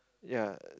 ya